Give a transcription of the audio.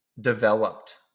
developed